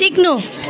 सिक्नु